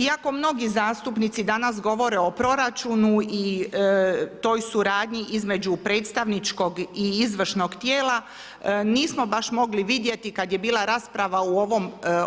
Iako mnogi zastupnici danas govore o proračunu i toj suradnji između predstavničkog i izvršnog tijela nismo baš mogli vidjeti kad je bila rasprava